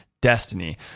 destiny